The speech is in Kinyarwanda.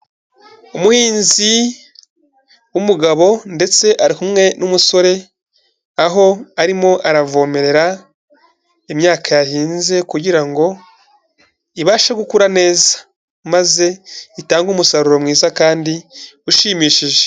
Umuhinzi w'umugabo ndetse ari kumwe n'umusore, aho arimo aravomerera imyaka yahinze kugira ibashe gukura neza, maze itange umusaruro mwiza kandi ushimishije.